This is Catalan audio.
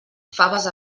faves